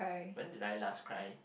when did I last cry